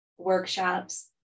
workshops